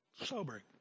sobering